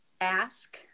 ask